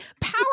power